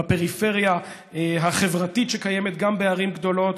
בפריפריה החברתית שקיימת גם בערים גדולות.